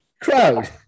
Crowd